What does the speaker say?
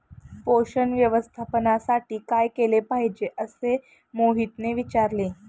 पोषण व्यवस्थापनासाठी काय केले पाहिजे असे मोहितने विचारले?